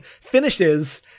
finishes